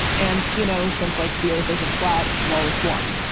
and, you know, since like the earth isn't flat, wallace won.